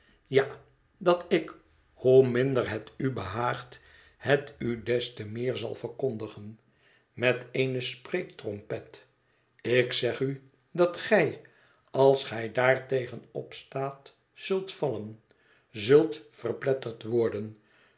ja dat ik hoe minder het u behaagt het u des te meer zal verkondigen met eene spreektrompet ik zeg u dat gij als gij daartegen opstaat zult vallen zult verpletterd worden